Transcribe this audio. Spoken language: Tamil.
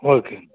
ஓகேங்க